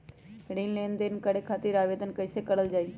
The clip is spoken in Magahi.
ऋण लेनदेन करे खातीर आवेदन कइसे करल जाई?